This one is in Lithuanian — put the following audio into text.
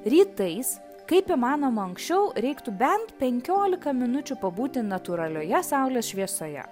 rytais kaip įmanoma anksčiau reiktų bent penkiolika minučių pabūti natūralioje saulės šviesoje